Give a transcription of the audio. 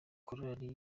korali